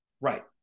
Right